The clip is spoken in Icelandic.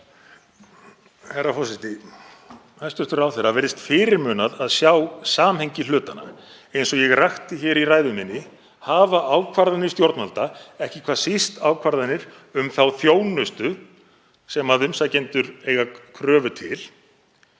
Herra forseti. Hæstv. ráðherra virðist fyrirmunað að sjá samhengi hlutanna. Eins og ég rakti í ræðu minni hafa ákvarðanir stjórnvalda, ekki hvað síst ákvarðanir um þá þjónustu sem umsækjendur eiga kröfu til,